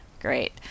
Great